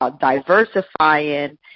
diversifying